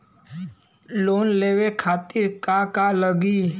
Loan लेवे खातीर का का लगी?